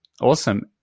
awesome